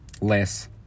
less